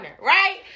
right